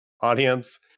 audience